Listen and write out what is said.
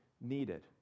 needed